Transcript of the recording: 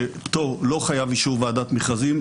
שפטור לא חייב אישור ועדת מכרזים,